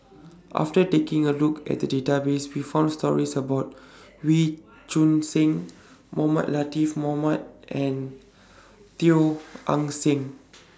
after taking A Look At The Database We found stories about Wee Choon Seng Mohamed Latiff Mohamed and Teo Eng Seng